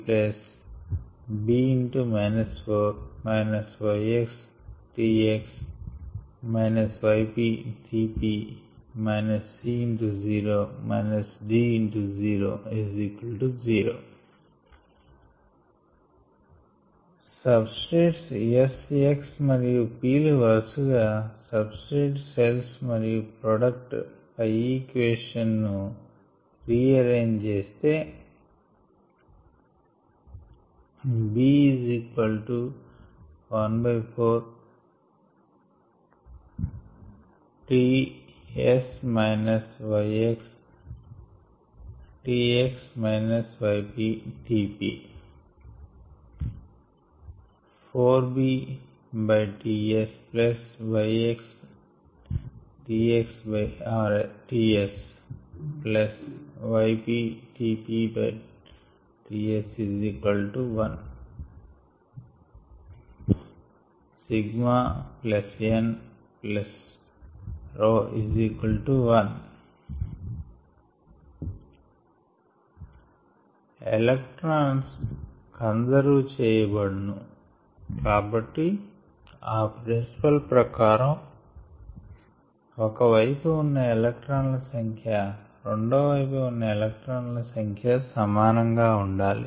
of electrons need to be conserved Γs a 33 b yx Γx yp Γp c d 0 subscripts s x మరియు p లు వరుసగా substrate cells మరియు product పై equation ను rearrange చేస్తే b 14 Γs yx Γx yp Γp 4b Γs yx Γx Γs yp Γp Γs 1 ε η ζ 1 electrons conserve చేయబడును కాబట్టి ఆ ప్రిన్సిపుల్ ప్రకారం ఒక వైపు ఉన్న ఎలెక్ట్రాన్ ల సంఖ్య రెండో వైపు ఉన్న ఎలెక్ట్రాన్ ల సంఖ్య సమానం గా ఉండాలి